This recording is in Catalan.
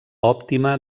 òptima